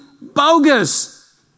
bogus